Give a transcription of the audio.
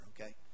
okay